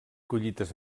collites